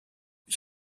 ich